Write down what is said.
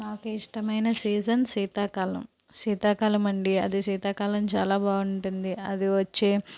నాకు ఇష్టమైన సీజన్ శీతాకాలం శీతాకాలం అండి అది శీతాకాలం చాలా బాగుంటుంది అది వచ్చే